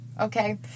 Okay